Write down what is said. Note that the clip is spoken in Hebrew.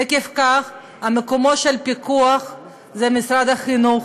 עקב כך, מקומו של הפיקוח זה במשרד החינוך,